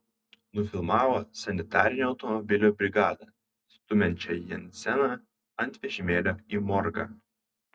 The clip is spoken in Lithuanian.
nufilmavo sanitarinio automobilio brigadą stumiančią jenseną ant vežimėlio į morgą